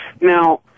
Now